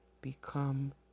become